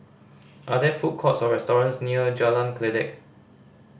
are there food courts or restaurants near Jalan Kledek